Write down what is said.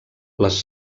les